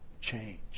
change